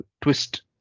twist